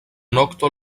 nokto